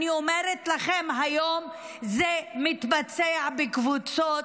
אני אומרת לכם: היום זה מתבצע בקבוצות.